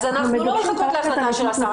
אז אנחנו לא מחכים להחלטה של השר,